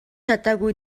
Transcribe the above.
чадаагүй